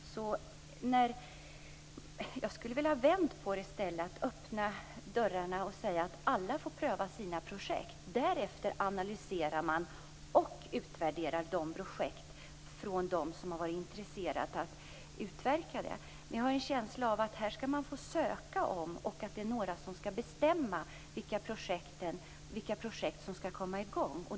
Jag skulle vilja vända på det i stället. Jag skulle vilja öppna dörrarna och säga att alla får pröva sina projekt, och därefter analyseras och utvärderas projekt av dem som har varit intresserade av att utverka det. Men jag har en känsla av att man skall få ansöka om det här och att några skall bestämma vilka projekt som skall komma i gång.